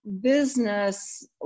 business